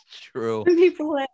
True